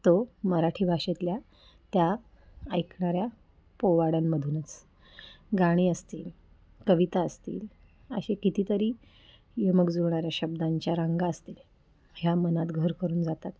तो मराठी भाषेतल्या त्या ऐकणाऱ्या पोवाड्यांमधूनच गाणी असतील कविता असतील असे किती तरी यमक जुळणाऱ्या शब्दांच्या रंगा असतील ह्या मनात घर करून जातात